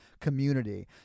community